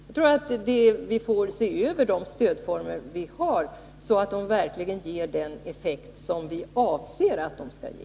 Jag tror att vi får se över de stödformer vi har, så att de verkligen ger den effekt vi avser att de skall ge.